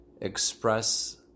express